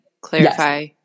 clarify